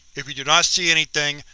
if you do not see anything,